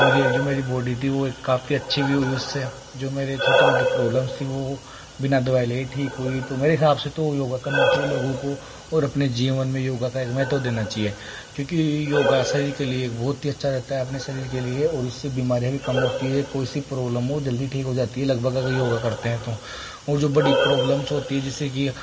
मुझे जो मेरी बॉडी थी वो काफ़ी अच्छी भी हुई उससे जो मेरी छोटी मोटी प्रॉब्लम्स थी वह बिना दवाई लिये ठीक हुई तो मेरे हिसाब से तो योगा करना चाहिए लोगों को और अपने जीवन में योगा का एक महत्व देना चाहिए क्योंकि योगा शरीर के लिए बहुत ही अच्छा रहता है अपने शरीर के लिए और इससे बीमारियां भी कम होती है कोई सी प्रॉब्लम हो वो जल्दी ठीक हो जाती है लगभग अगर योगा करते हैं तो और जो बड़ी प्रॉब्लम्स होती है जैसे की